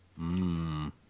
mmm